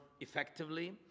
effectively